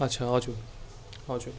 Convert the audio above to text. अच्छा हजुर हजुर